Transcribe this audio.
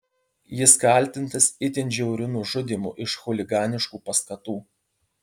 jis kaltintas itin žiauriu nužudymu iš chuliganiškų paskatų